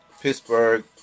Pittsburgh